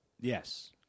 Yes